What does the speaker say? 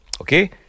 Okay